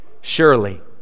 surely